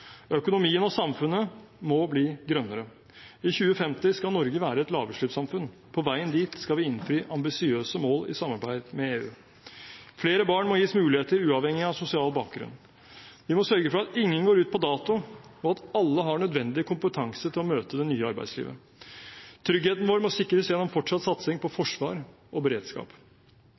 Økonomien og samfunnet må bli grønnere. I 2050 skal Norge være et lavutslippssamfunn. På veien dit skal vi innfri ambisiøse mål i samarbeid med EU. Flere barn må gis muligheter, uavhengig av sosial bakgrunn. Vi må sørge for at ingen går ut på dato, og at alle har nødvendig kompetanse til å møte det nye arbeidslivet. Tryggheten vår må sikres gjennom fortsatt satsing på forsvar og beredskap.